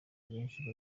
ahenshi